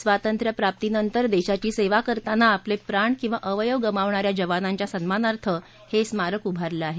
स्वातंत्र्यप्राप्ती नंतर देशाची सेवा करताना आपले प्राण किंवा अवयव गमावणा या जवानांच्या सन्मानार्थ हे स्मारक उभारले आहे